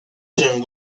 zen